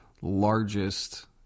largest